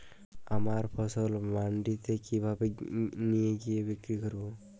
আমার ফসল মান্ডিতে কিভাবে নিয়ে গিয়ে বিক্রি করব?